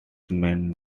meant